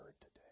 today